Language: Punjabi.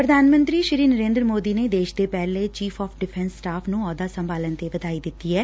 ਪੁਧਾਨ ਮੰਤਰੀ ਨਰੇਦਰ ਸੋਦੀ ਨੇ ਦੇਸ਼ ਦੇ ਪਹਿਲੇ ਚੀਫ਼ ਆਫ਼ ਡਿਫੈਸ ਸਟਾਫ਼ ਨੰ ਅਹੁਦਾ ਸੰਭਾਲਣ ਤੇ ਵਧਾਈ ਦਿੱਤੀ ਐ